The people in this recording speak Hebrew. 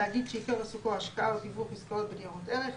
תאגיד שעיקר עיסוקו הוא השקעה או תיווך עסקאות בניירות ערך,